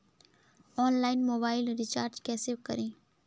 Online mobile recharge कैसे करें?